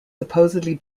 supposedly